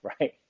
right